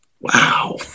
Wow